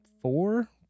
four